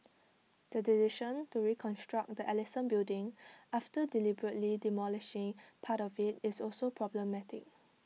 the decision to reconstruct the Ellison building after deliberately demolishing part of IT is also problematic